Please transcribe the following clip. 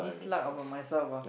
dislike about myself ah